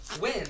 win